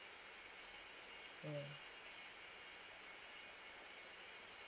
mm